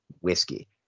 whiskey